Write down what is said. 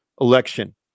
election